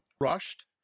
rushed